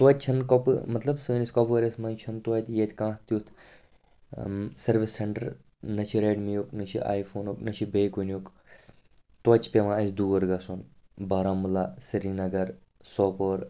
توتہِ چھِ نہٕ کۄپو مطلب سٲنِس کۄپوٲرِس منٛز چھِ نہٕ توتہِ ییٚتہِ کانٛہہ تٮُ۪تھ سٔروِس سیٚنٛٹَر نہَ چھُ ریٚڈ می یُک نہَ چھُ آی فونُک نہَ چھُ بیٚیہِ کُنیُک توتہِ چھِ پٮ۪وان اَسہِ دوٗر گَژھُن بارہموٗلا سریٖنَگَر سوپور